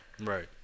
right